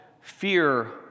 fear